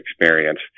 experience